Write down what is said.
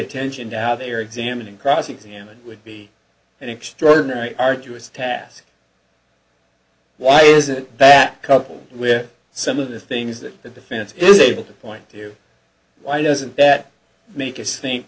attention to how they are examining cross examined would be an extraordinary arduous task why is it that coupled with some of the things that the defense is able to point to why doesn't that make us think